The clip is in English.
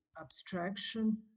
abstraction